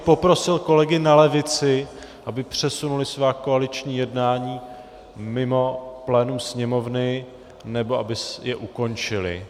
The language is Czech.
Poprosil bych kolegy na levici, aby přesunuli svá koaliční jednání mimo plénum Sněmovny, nebo aby je ukončili.